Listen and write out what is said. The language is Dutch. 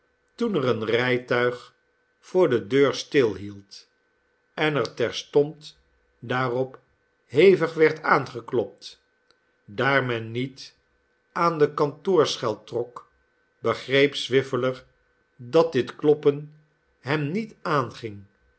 toen er een rijtuig voor de deur stilhield en er terstond daarop hevig werd aangeklopt daar men niet aan de kantoorschel trok begreep swiveller dat dit kloppen hem niet aanging